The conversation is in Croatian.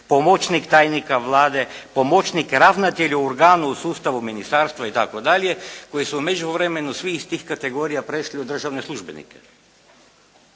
pomoćnik tajnika Vlade, pomoćnik ravnatelja u organu u sustavu ministarstva itd. koji su u međuvremenu svi iz tih kategorija prešli u državne službenike.